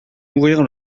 mourir